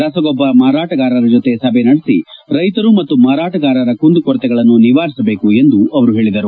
ರಸಗೊಬ್ಬರ ಮಾರಾಟಗಾರರ ಜೊತೆ ಸಭೆ ನಡೆಸಿ ರೈತರು ಮತ್ತು ಮಾರಾಟಗಾರರ ಕುಂದುಕೊರತೆಗಳನ್ನು ನಿವಾರಿಸಬೇಕು ಎಂದು ಅವರು ಹೇಳಿದರು